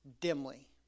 dimly